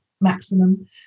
maximum